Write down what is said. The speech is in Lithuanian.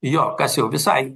jo kas jau visai